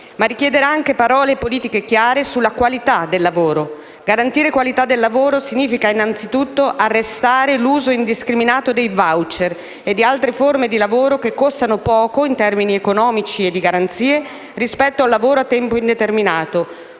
ma richiederà anche parole e politiche chiare sulla qualità del lavoro. Garantire qualità del lavoro significa innanzitutto arrestare l'uso indiscriminato dei *voucher* e di altre forme che costano poco, in termini economici e di garanzie, rispetto al lavoro a tempo indeterminato.